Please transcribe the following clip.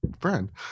friend